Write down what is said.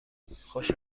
خوش